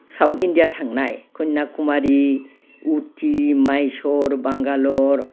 south India थांनाय कन्याकुमारि उटि माइसुर बेंगालर